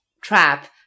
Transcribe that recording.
trap